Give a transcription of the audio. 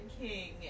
King